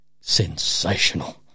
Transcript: sensational